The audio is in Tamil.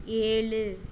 ஏழு